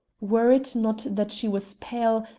were it not that she was pale,